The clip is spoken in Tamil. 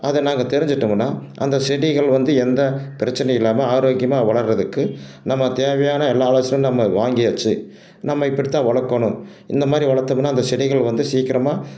அதை நாங்கள் தெரிஞ்சுட்டமுனா அந்த செடிகள் வந்து எந்த பிரச்சினையும் இல்லாமல் ஆரோக்கியமாக வளர்கிறதுக்கு நம்ம தேவையான எல்லா ஆலோசனையும் நம்ம வாங்கியாச்சு நம்ம இப்படித்தான் வளர்க்கணும் இந்த மாதிரி வளர்த்துமுன்னா அந்த செடிகள் வந்து சீக்கிரமா